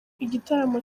igitaramo